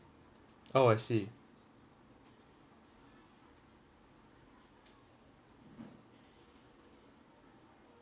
oh I see